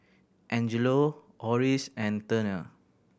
Angelo Oris and Turner